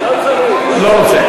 לא רוצה.